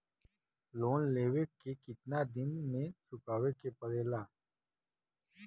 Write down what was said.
Loan लेवे के कितना दिन मे चुकावे के पड़ेला?